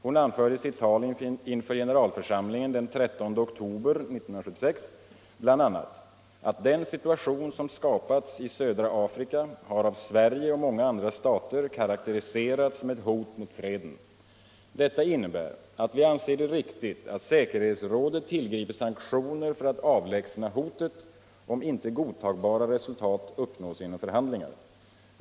Hon anförde i sitt tal inför generalförsamlingen den 13 oktober 1976 bl.a. att den situation som skapals I södra Alrika har av Sverige och många andra stater karakteriserats som ett hot mot freden. Detta innebär utt vi anser det riktigt att säkerhetsrädet tillgriper sanktioner för att avlägsna hotet, om inte godtagbara resultat uppnås genom förhandlingar.